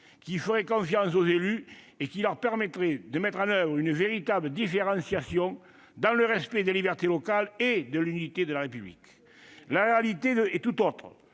qui ferait confiance aux élus et qui leur permettrait de mettre en oeuvre une véritable différenciation dans le respect des libertés locales et de l'unité de la République. La réalité est tout autre.